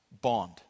bond